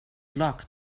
locked